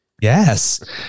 Yes